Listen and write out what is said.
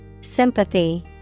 Sympathy